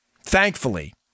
thankfully